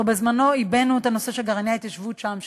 אנחנו בזמנו עיבינו את הנושא של גרעיני ההתיישבות שם,